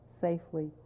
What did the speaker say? safely